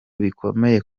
bikomeye